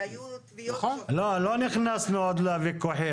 אני לא נכנס לוויכוח.